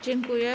Dziękuję.